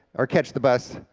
or catch the bus,